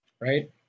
right